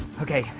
okay,